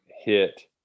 hit